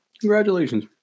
Congratulations